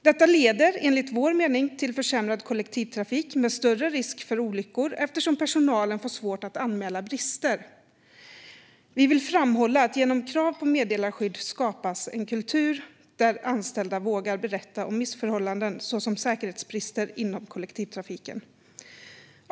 Detta leder enligt vår mening till försämrad kollektivtrafik med större risk för olyckor eftersom personalen får svårt att anmäla brister. Vi vill framhålla att genom krav på meddelarskydd skapas en kultur där anställda vågar berätta om missförhållanden, såsom säkerhetsbrister inom kollektivtrafiken.